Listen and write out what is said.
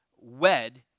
wed